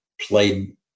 played